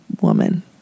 woman